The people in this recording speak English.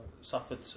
suffered